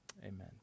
Amen